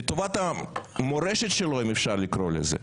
לטובת המורשת שלו אם אפשר לקרוא לזה,